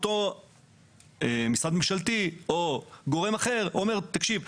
אותו משרד ממשלתי או גורם אחר אומר "תקשיב,